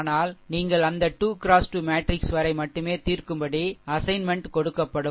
ஆனால் நீங்கள் அந்த 2 X 2 மேட்ரிக்ஸ் வரை மட்டுமே தீர்க்கும்படி அசைன்மென்ட் கொடுக்கப்படும்